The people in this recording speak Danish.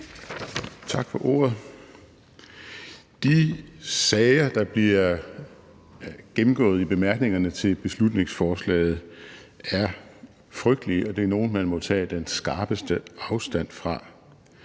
Tak for ordet. De sager, der bliver gennemgået i bemærkningerne til beslutningsforslaget, er frygtelige, og det er nogle, man må tage den skarpeste afstand fra.